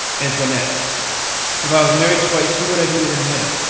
antoinette if i was married twice who would i be with in heaven?